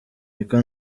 niko